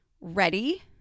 ready